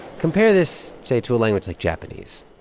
compare this, say, to a language like japanese.